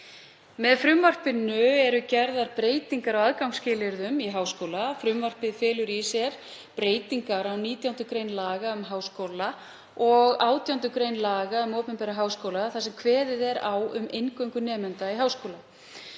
Með frumvarpinu eru gerðar breytingar á aðgangsskilyrðum að háskóla. Frumvarpið felur í sér breytingar á 19. gr. laga um háskóla og 18. gr. laga um opinbera háskóla þar sem kveðið er á um inngöngu nemenda í háskóla.